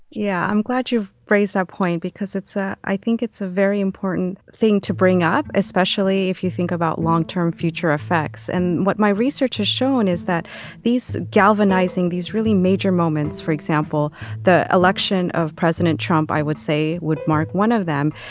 yeah. i'm glad you raised that point because it's ah i think it's a very important thing to bring up, especially if you think about long-term, future effects. and what my research has shown is that these galvanizing, these really major moments, for example the election of president trump i would say would mark one of them,